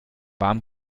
warm